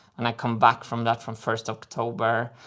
and i come back from that, from first october.